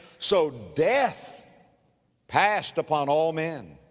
so death passed upon all men.